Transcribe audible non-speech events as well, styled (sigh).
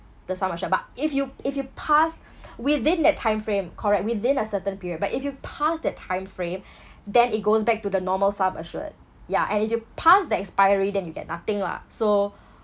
the sum assured but if you if you pass (breath) within that time frame correct within a certain period but if you pass that timeframe (breath) then it goes back to the normal sum assured ya and if you past the expiry then you get nothing lah so